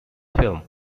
film